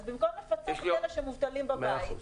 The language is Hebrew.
אז במקום לפצות את אלה שמובטלים בבית,